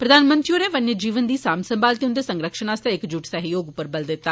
प्रधानमंत्री होरें वन्य जीवन दी सांम संभाल ते उंदे संरक्षण आस्तै इक जुट्ट सैह्योग उप्पर बल दित्ता